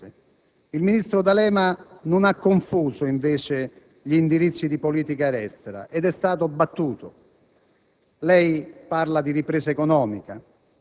che completano la politica estera del nostro Paese. Il ministro D'Alema non ha confuso, invece, gli indirizzi di politica estera ed è stato battuto.